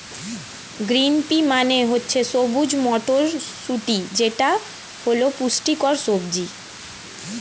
green pea মানে হচ্ছে সবুজ মটরশুঁটি যেটা হল পুষ্টিকর সবজি